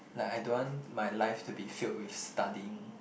like I don't want my life to be filled with studying